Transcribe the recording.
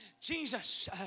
Jesus